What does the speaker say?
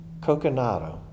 Coconato